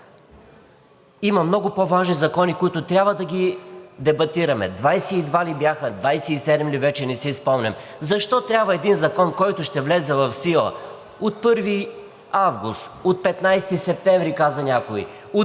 Има много по-важни закони, които трябва да ги дебатираме, 22 ли бяха, 27 ли, вече не си спомням. Защо трябва един закон, който ще влезе в сила от 1 август, от 15 септември, каза някой, от